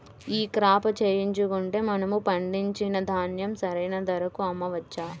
ఈ క్రాప చేయించుకుంటే మనము పండించిన ధాన్యం సరైన ధరకు అమ్మవచ్చా?